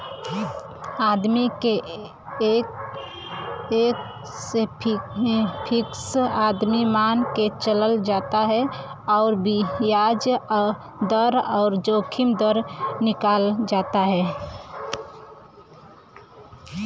आदमी के एक ठे फ़िक्स आमदमी मान के चलल जाला अउर बियाज दर अउर जोखिम दर निकालल जाला